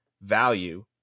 value